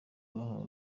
bahawe